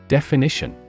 Definition